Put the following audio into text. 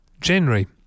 january